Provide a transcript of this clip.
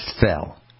fell